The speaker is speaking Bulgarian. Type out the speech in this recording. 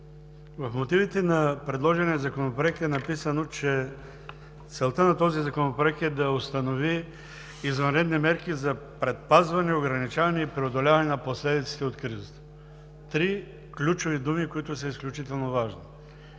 В мотивите на предложения законопроект е написано, че целта на Законопроекта е да установи извънредни мерки за предпазване, ограничаване и преодоляване на последиците от кризата. Три ключови думи, които са изключително важни